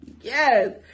Yes